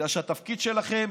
בגלל שהתפקיד שלכם